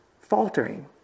faltering